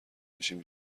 میشیم